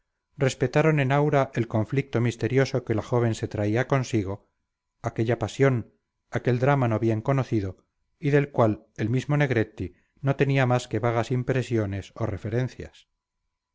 respetaron en aura el conflicto misterioso que la joven se traía consigo aquella pasión aquel drama no bien conocido y del cual el mismo negretti no tenía más que vagas impresiones o referencias